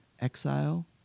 exile